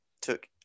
took